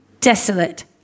desolate